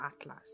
atlas